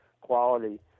quality